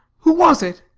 who was it?